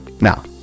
Now